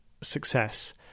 success